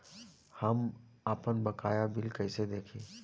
हम आपनबकाया बिल कइसे देखि?